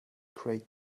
create